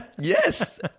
Yes